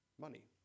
money